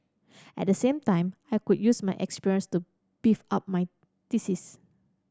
at the same time I could use my experience to beef up my thesis